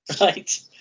Right